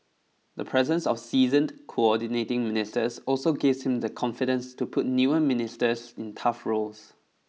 the presence of seasoned coordinating ministers also gives him the confidence to put newer ministers in tough roles